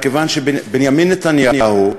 מכיוון שבנימין נתניהו,